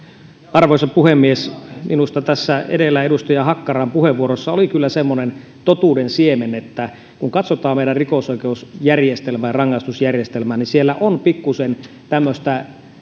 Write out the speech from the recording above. arvoisa puhemies minusta tässä edellä edustaja hakkaraisen puheenvuorossa oli kyllä semmoinen totuuden siemen kun katsotaan meidän rikosoikeusjärjestelmää rangaistusjärjestelmää niin siellä on pikkuisen tämmöistä